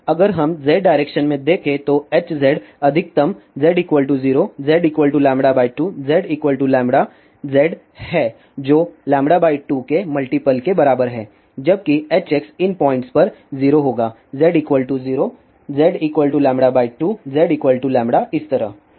तो अगर हम z डायरेक्शन में देखेंगे तो Hz अधिकतम z 0 z λ 2 z z है जो λ 2 केमल्टीप्ल के बराबर है जबकि Hx इन पॉइंट्स पर 0 होगा z 0 z λ 2 z इस तरह